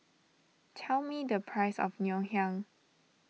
tell me the price of Ngoh Hiang